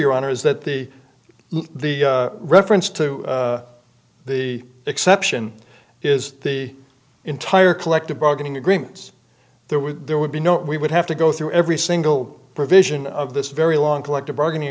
your honor is that the the reference to the exception is the entire collective bargaining agreements there were there would be no we would have to go through every single provision of this very long collective bargaining